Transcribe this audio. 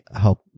help